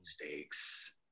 mistakes